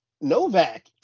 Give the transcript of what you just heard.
Novak